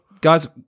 Guys